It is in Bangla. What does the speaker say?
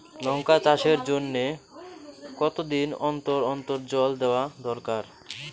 লঙ্কা চাষের জন্যে কতদিন অন্তর অন্তর জল দেওয়া দরকার?